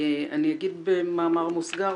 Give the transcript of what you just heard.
אני אגיד במאמר מוסגר